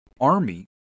army